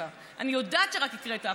אני יודעת שאתה רק קראת אותה,